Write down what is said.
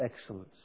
excellence